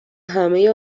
همه